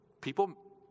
people